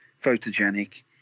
photogenic